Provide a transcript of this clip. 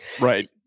Right